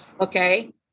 Okay